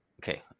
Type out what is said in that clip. Okay